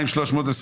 רוויזיה מס' 105,